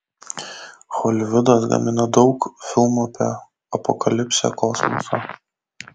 holivudas gamina daug filmų apie apokalipsę kosmosą